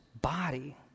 body